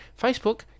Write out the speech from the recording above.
Facebook